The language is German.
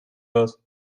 was